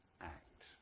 act